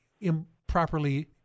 improperly